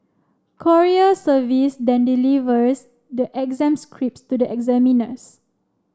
courier service then delivers the exam scripts to the examiners